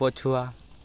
ପଛୁଆ